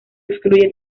excluye